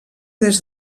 des